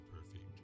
perfect